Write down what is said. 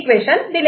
A' Y31 BCDE